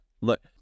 look